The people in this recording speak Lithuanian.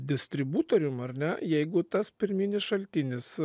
distributorium ar ne jeigu tas pirminis šaltinis